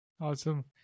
Awesome